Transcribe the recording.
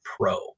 Pro